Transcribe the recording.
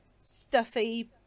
stuffy